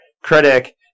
critic